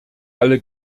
alle